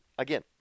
Again